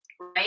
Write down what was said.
right